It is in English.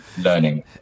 learning